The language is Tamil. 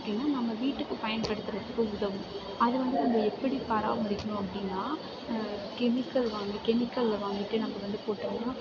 அப்படின்னா நம்ம வீட்டுக்கு பயன்படுத்துகிறதுக்கு உதவும் அது வந்து இதை எப்படி பராமரிக்கணும் அப்படின்னா கெமிக்கல் வா கெமிக்கலில் வாங்கிட்டு நம்ம வந்து போட்டோம்னால்